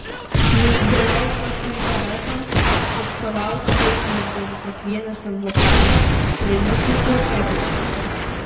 neįgaliosios interesams atstovauti teismas buvo pakvietęs advokatą laimutį zaukevičių